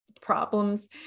problems